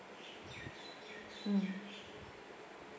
mm